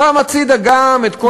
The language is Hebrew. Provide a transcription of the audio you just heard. שם הצדה גם את כל,